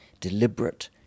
deliberate